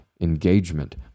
engagement